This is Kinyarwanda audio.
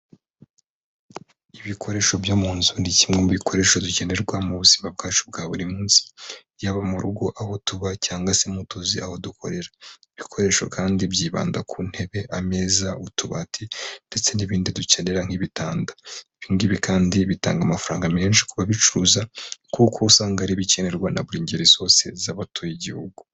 Ibikoresho byo mu nzu ni kimwe mu bikoresho bikenerwa mu buzima bwacu bwa buri munsi, yaba mu rugo aho tuba cyangwa se mu tuzi aho dukorera, ibikoresho kandi byibanda ku ntebe, ameza, utubati ndetse n'ibindi dukenera nk'ibitanda. Ibi ngibi kandi bitanga amafaranga menshi ku babicuruza kuko usanga ari ibikenerwa na buri ngeri zose z'abatuye igihugu.